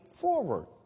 forward